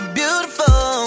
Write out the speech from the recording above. beautiful